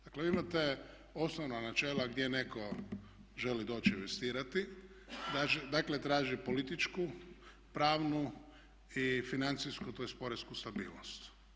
Dakle vi imate osnovna načela gdje netko želi doći investirati, dakle traži političku, pravnu i financijsku tj. poreznu stabilnost.